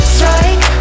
Strike